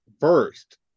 first